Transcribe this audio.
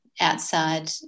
outside